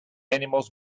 animals